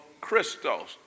Christos